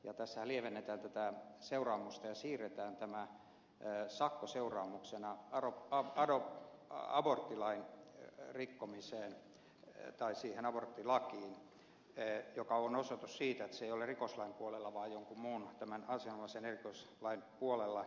tässähän lievennetään tätä seuraamusta ja siirretään tämän pyöräsakkoseuraamuksena roccobarocco aborttilain rikkomiseen saataisiin tämä sakkoseuraamuksena aborttilakiin mikä on osoitus siitä että se ei ole rikoslain puolella vaan jonkun muun tämän asianomaisen erikoislain puolella